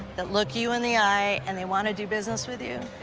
that look you in the eye, and they want to do business with you.